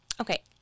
okay